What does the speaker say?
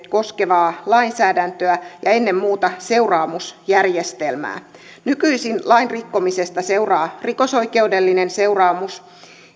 koskevaa lainsäädäntöä ja ennen muuta seuraamusjärjestelmää nykyisin lain rikkomisesta seuraa rikosoikeudellinen seuraamus